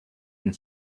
and